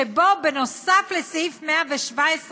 שבו נוסף על סעיף 117,